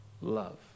Love